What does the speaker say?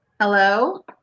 Hello